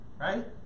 Right